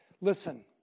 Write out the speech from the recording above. Listen